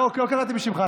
לא, לא קראתי בשמך.